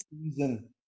season